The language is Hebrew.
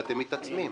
ואתם מתעצמים,